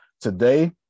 Today